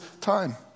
time